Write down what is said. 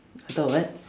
I thought what